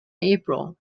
april